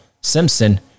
Simpson